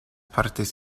partes